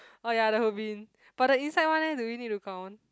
orh ya the whole bin but the inside one eh do we need to count